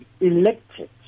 elected